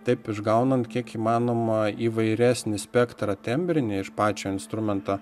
taip išgaunant kiek įmanoma įvairesnį spektrą tembrinį iš pačio instrumento